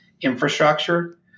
infrastructure